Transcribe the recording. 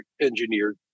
engineered